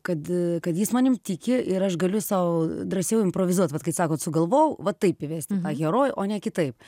kad kad jis manim tiki ir aš galiu sau drąsiau improvizuot vat kaip sakot sugalvojau va taip įvesti herojų o ne kitaip